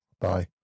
Bye